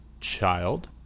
child